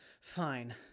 fine